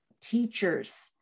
teachers